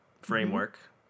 framework